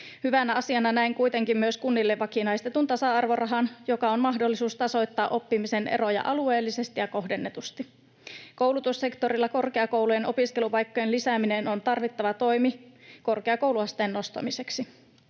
Hyvänä asiana näen kuitenkin myös kunnille vakinaistetun tasa-arvorahan, joka on mahdollisuus tasoittaa oppimisen eroja alueellisesti ja kohdennetusti. Koulutussektorilla korkeakoulujen opiskelupaikkojen lisääminen on tarvittava toimi korkeakouluasteen nostamiseksi.